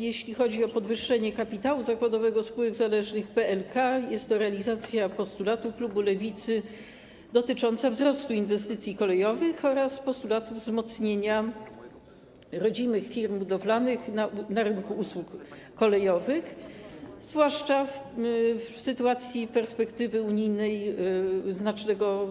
Jeśli chodzi o podwyższenie kapitału zakładowego spółek zależnych PLK, jest to realizacja postulatu klubu Lewicy dotyczącego wzrostu inwestycji kolejowych oraz postulatu wzmocnienia rodzimych firm budowalnych na rynku usług kolejowych, zwłaszcza w sytuacji perspektywy unijnej, znacznego